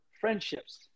friendships